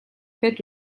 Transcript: fet